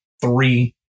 three